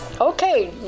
Okay